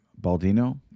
Baldino